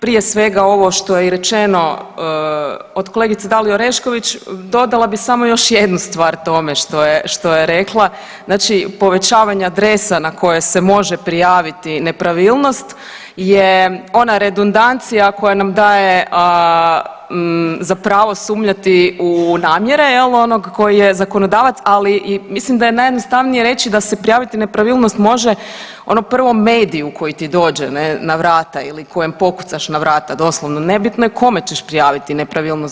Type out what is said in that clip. Prije svega ovo što je i rečeno od kolegice Dalije Orešković dodala bi samo još jednu stvar tome što je, što je rekla, znači povećavanje adresa na koje se može prijaviti nepravilnost je ona redundancija koja nam daje zapravo sumnjati u namjere jel onog koji je zakonodavac, ali i mislim da je najjednostavnije reći da se prijaviti nepravilnosti može ono prvo mediju koji ti dođe na vrata ili kojem pokucaš na vrata, doslovno nebitno je kome ćeš prijaviti nepravilnost.